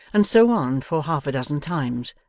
and so on for half-a-dozen times,